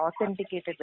authenticated